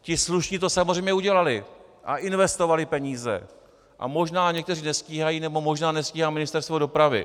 Ti slušní to samozřejmě udělali a investovali peníze a možná někteří nestíhají nebo možná nestíhá Ministerstvo dopravy.